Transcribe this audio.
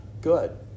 good